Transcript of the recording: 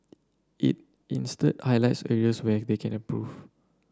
it instead highlights areas where they can improve